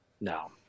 No